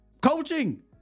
Coaching